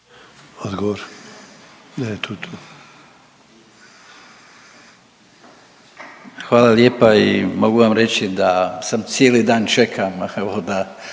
(HDZ)** Hvala lijepa i mogu vam reći da sam cijeli dan čekam evo